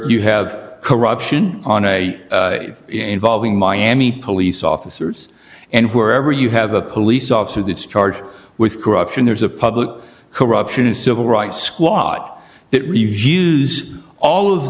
you have corruption on a involving miami police officers and wherever you have a police officer that's charged with corruption there's a public corruption a civil rights squat that reviews all of